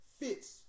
fits